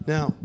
Now